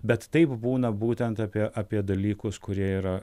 bet taip būna būtent apie apie dalykus kurie yra